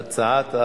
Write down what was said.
אין.